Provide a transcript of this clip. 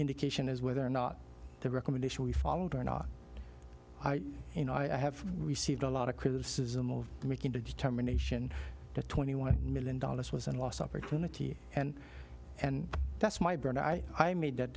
indication is whether or not the recommendation we followed or not you know i have received a lot of criticism of making the determination that twenty one million dollars was in lost opportunity and and that's my boy and i i made that